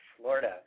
Florida